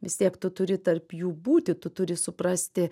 vis tiek tu turi tarp jų būti tu turi suprasti